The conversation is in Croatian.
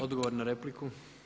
Odgovor na repliku.